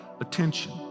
attention